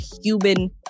human